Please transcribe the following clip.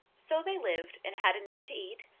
so they lived, and had enough to eat,